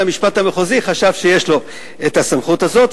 בית-המשפט המחוזי חשב שיש לו הסמכות הזאת,